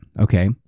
okay